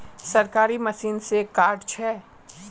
सरकारी मशीन से कार्ड छै?